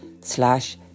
slash